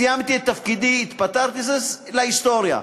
סיימתי את תפקידי, התפטרתי, זו היסטוריה.